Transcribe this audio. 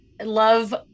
love